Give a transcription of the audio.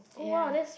ya